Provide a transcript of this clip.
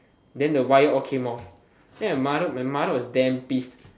then the wire all came off then my mother my mother was damn pissed